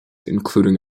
including